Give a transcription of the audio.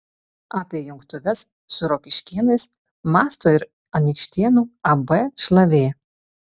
apie jungtuves su rokiškėnais mąsto ir anykštėnų ab šlavė